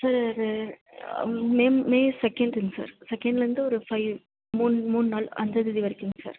sir May May செகண்ட்டுங்க sir செகண்ட்லேருந்து ஒரு ஃபைவ் மூனு மூனு நாள் அஞ்சாம் தேதி வரைக்குங்க சார்